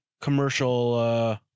commercial